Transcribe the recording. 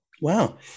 Wow